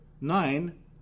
nine